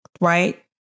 right